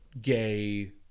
gay